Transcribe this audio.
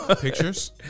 Pictures